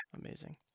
amazing